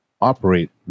operate